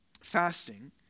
Fasting